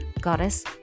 Goddess